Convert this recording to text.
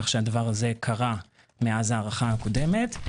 כך שזה קרה מאז ההארכה הקודמת.